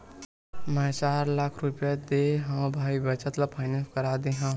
मै चार लाख रुपया देय हव भाई बचत ल फायनेंस करा दे हँव